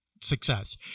success